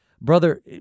Brother